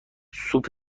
سوپ